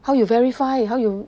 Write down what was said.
how you verify how you